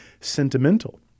sentimental